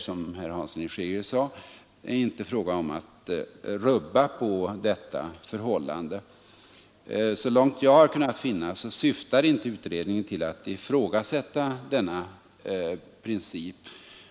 Som herr Hansson i Skegrie sade var det inte meningen att rubba på detta förhållande. Så långt jag kunnat finna syftar inte utredningen till att ifrågasätta denna princip.